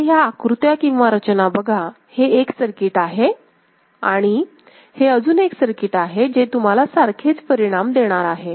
इथे ह्या आकृत्या किंवा रचना बघा हे एक सर्किट आहे आणि हे अजून एक सर्किट आहे जे तुम्हाला सारखेच परिणाम देणार आहे